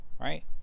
right